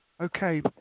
Okay